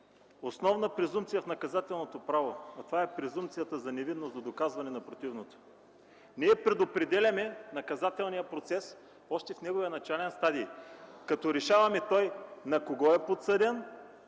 основна презумпция в наказателното право, а това е презумпцията за невинност до доказване на противното. Ние предопределяме наказателния процес още в неговия начален стадий, като решаваме той на кого е подсъден